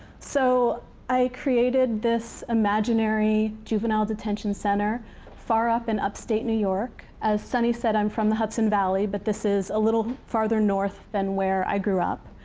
so i created this imaginary juvenile detention center far up in upstate new york. as sunny said, i'm from the hudson valley, but this is a little farther north than where i grew up.